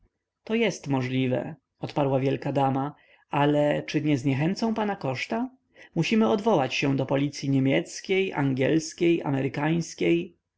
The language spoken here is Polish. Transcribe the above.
to jest możliwe odparła wielka dama ale czy nie zniechęcą pana koszta musimy odwołać się do policyi niemieckiej angielskiej amerykańskiej